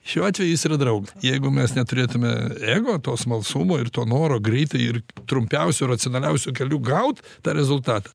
šiuo atveju jis yra draugas jeigu mes neturėtume ego to smalsumo ir to noro greitai ir trumpiausiu racionaliausiu keliu gaut tą rezultatą